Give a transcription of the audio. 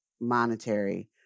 monetary